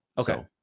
Okay